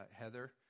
Heather